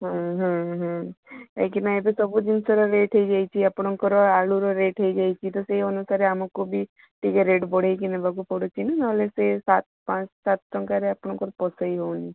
ହୁଁ ହୁଁ ହୁଁ କାହିଁକିନା ଏବେ ସବୁ ଜିନିଷର ରେଟ୍ ହୋଇଯାଇଛି ଆପଣଙ୍କର ଆଳୁର ରେଟ୍ ହୋଇଯାଇଛି ତ ସେଇ ଅନୁସାରେ ଆମକୁ ବି ଟିକେ ରେଟ୍ ବଢ଼େଇକି ନେବାକୁ ପଡ଼ୁଛି ନା ନ ହେଲେ ସେ ସାତ ପାଞ୍ଚ ସାତ ଟଙ୍କାରେ ଆପଣଙ୍କର ପୋଷେଇ ହେଉନି